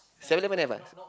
Seven-Eleven have eh